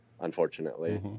unfortunately